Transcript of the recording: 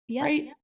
Right